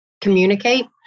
communicate